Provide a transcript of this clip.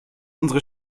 unsere